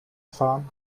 fahren